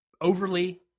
overly